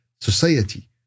society